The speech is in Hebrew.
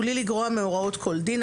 בלי לגרוע מהוראות כל דין,